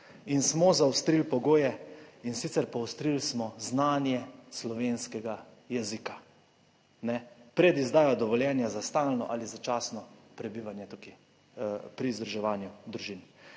in smo zaostrili pogoje, in sicer poostrili smo znanje slovenskega jezika, pred izdajo dovoljenja za stalno ali začasno prebivanje tukaj pri združevanju družin.